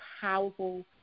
powerful